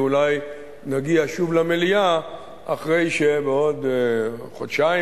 ואולי נגיע שוב למליאה אחרי שבעוד חודשיים,